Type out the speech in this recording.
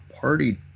party